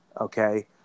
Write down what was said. okay